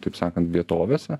kaip sakant vietovėse